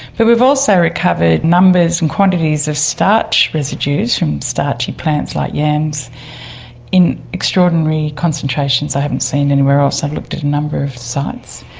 but we've also recovered numbers and quantities of starch residues from starchy plants like yams in extraordinary concentrations i haven't seen anywhere else. i've looked at a number of sites.